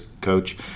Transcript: coach